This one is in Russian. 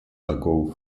такого